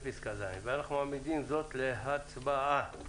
אנחנו מעמידים זאת להצבעה.